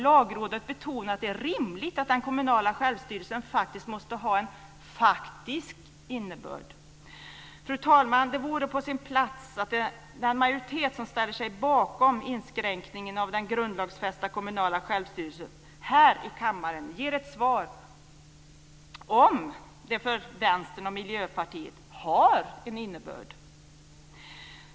Lagrådet betonar att det är rimligt att den kommunala självstyrelsen måste ha en faktisk innebörd. Fru talman! Det vore på sin plats att den majoritet som ställer sig bakom den inskränkningen av den grundlagsfästa kommunala självstyrelsen här i kammaren ger ett svar om det för Vänstern och Miljöpartiet har en innebörd.